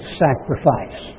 sacrifice